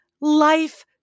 life